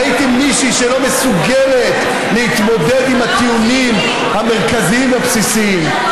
ראיתי מישהי שלא מסוגלת להתמודד עם הטיעונים המרכזיים והבסיסיים.